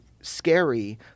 scary